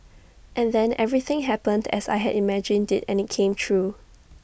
and then everything happened as I had imagined IT and IT came true